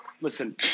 listen